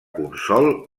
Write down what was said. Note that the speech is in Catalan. consol